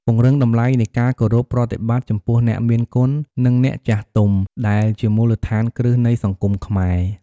ពង្រឹងតម្លៃនៃការគោរពប្រតិបត្តិចំពោះអ្នកមានគុណ និងអ្នកចាស់ទុំ ដែលជាមូលដ្ឋានគ្រឹះនៃសង្គមខ្មែរ។